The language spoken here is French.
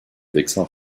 vexin